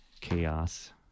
chaos